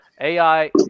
AI